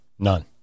None